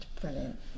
brilliant